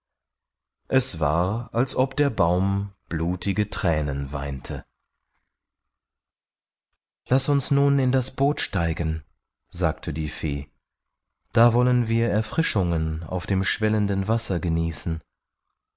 es war als ob der baum blutige thränen weinte laß uns nun in das bot steigen sagte die fee da wollen wir erfrischungen auf dem schwellenden wasser genießen